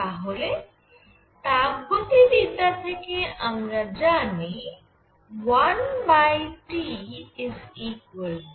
তাহলে তাপগতিবিদ্যা থেকে আমরা জানি 1T∂S∂UV